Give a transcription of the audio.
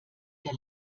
der